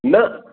न